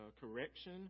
correction